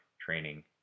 training